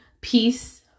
peace